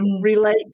relate